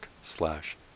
slash